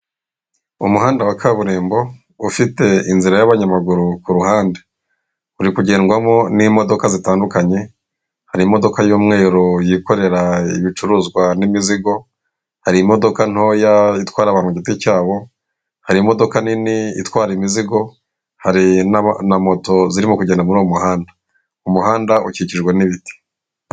Umuhanda wa kaburimbo ufite inzira y'abanyamaguru ku ruhande, urikugendwamo n'imodoka zitandukanye, hari imodoka y'umweru yikorera ibicuruzwa n'imizigo, hari imodoka ntoya itwara abantu ku giti cyabo, hari imodoka nini itwara imizigo, hari na moto zirimo kugenda muri uwo muhanda, umuhanda ukikijwe n'ibiti.